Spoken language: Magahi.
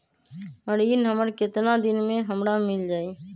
ऋण हमर केतना दिन मे हमरा मील जाई?